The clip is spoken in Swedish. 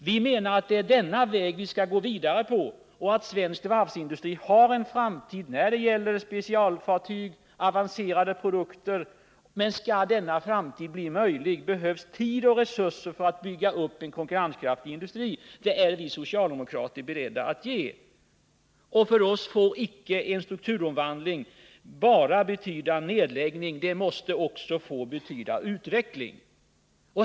Vi menar att det är denna väg vi skall gå vidare på och att svensk varvsindustri har en framtid när det gäller specialfartyg och avancerade produkter. Men skall detta framtidsperspektiv bli möjligt behövs tid och resurser att bygga upp en konkurrenskraftig industri. Det är vi socialdemokrater beredda att satsa. För oss får icke en strukturomvandling bara betyda nedläggning, det måste också få betyda utveckling.